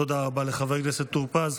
תודה רבה לחבר הכנסת טור פז.